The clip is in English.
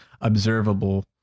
observable